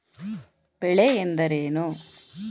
ಬೆಳೆ ಎಂದರೇನು?